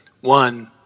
one